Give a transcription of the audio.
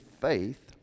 faith